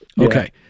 Okay